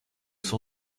son